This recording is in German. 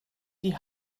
die